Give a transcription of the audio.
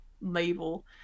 label